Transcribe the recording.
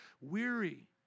weary